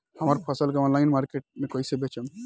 हमार फसल के ऑनलाइन मार्केट मे कैसे बेचम?